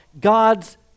God's